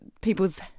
people's